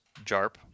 JARP